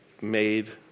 made